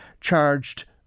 charged